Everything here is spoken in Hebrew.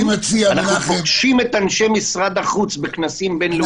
אנחנו פוגשים את אנשי משרד החוץ בכנסים בין-לאומיים.